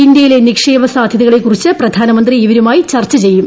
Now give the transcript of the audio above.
ഇന്ത്യയിലെ നിക്ഷേപ സാധ്യതകളെ കുറിച്ച് പ്രധാനമന്ത്രി ഇവരുമായി ചർച്ചചെയ്യും